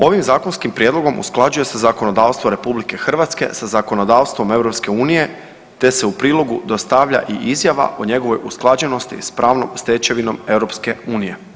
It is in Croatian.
Ovim zakonskim prijedlogom usklađuje se zakonodavstvo RH sa zakonodavstvom EU te se u prilogu dostavlja i izjava o njegovoj usklađenosti s pravnom stečevinom EU.